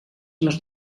les